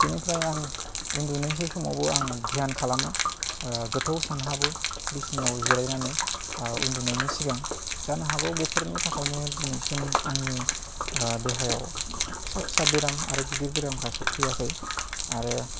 बेनिफ्राय आं उन्दुनोसै समावबो आं ध्यान खालामो गोथौ सानहाबो बिसनायाव जिरायनानै उन्दुनायनि सिगां जानो हागौ बेफोरनि थाखायनो दिनैसिम आंनि देहायाव फिसा फिसा बेराम आरो गिदिर बेरामफ्रा सफैयाखै आरो